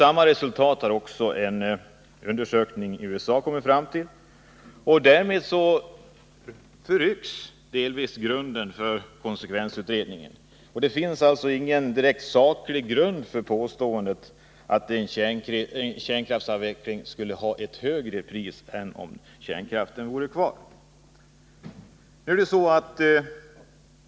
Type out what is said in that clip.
Samma resultat har man kommit till i en amerikansk undersökning. Därmed rycks grunden delvis undan för konsekvensutredningen. Det finns ingen direkt saklig grund för påståendet att en kärnkraftsavveckling skulle ge högre elpriser än om kärnkraften vore kvar.